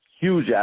huge